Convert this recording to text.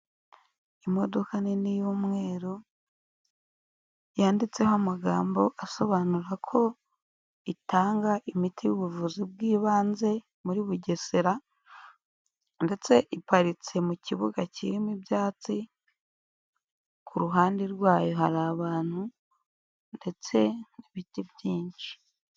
Imodoka nini y'umweru yanditseho amagambo asobanura ko itanga imiti y'ubuvuzi bw'ibanze muri bugesera ndetse iparitse mu kibuga kirimo ibyatsi, ku ruhande rwayo hari abantu ndetse n'ibiti byinshi.